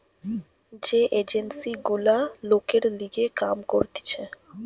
যে এজেন্সি গুলা লোকের লিগে কাম করতিছে